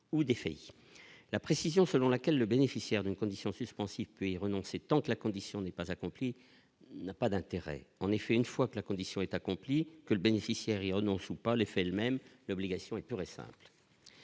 ou des faits, la précision selon laquelle le bénéficiaire d'une condition suspensive puis renoncer tant la condition n'est pas accompli n'a pas d'intérêt, en effet, une fois que la condition est accompli que le bénéficiaire renonce ou pas les faits elle-même l'obligation est pure et simple,